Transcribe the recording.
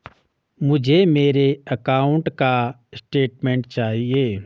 मुझे मेरे अकाउंट का स्टेटमेंट चाहिए?